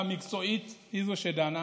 מה הסיבה?